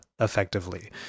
effectively